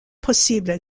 possible